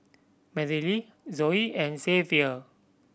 Merrily Zoey and Xzavier